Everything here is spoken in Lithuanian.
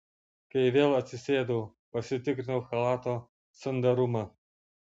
kai vėl atsisėdau pasitikrinau chalato sandarumą